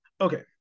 okay